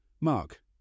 Mark